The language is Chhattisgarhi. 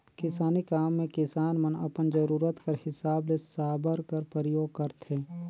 किसानी काम मे किसान मन अपन जरूरत कर हिसाब ले साबर कर परियोग करथे